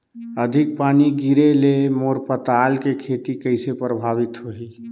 अधिक पानी गिरे ले मोर पताल के खेती कइसे प्रभावित होही?